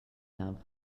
have